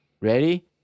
ready